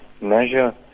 measure